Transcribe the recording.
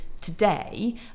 today